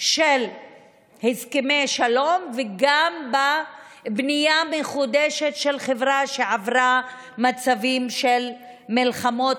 של הסכמי שלום וגם בבנייה המחודשת של חברה שעברה מצבים של מלחמות,